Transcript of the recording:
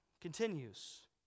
continues